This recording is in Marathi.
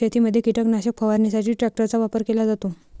शेतीमध्ये कीटकनाशक फवारणीसाठी ट्रॅक्टरचा वापर केला जातो